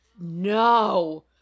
no